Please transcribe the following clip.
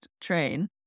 train